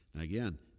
Again